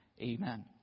Amen